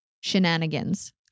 shenanigans